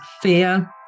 fear